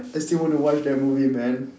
I still want to watch that movie man